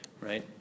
Right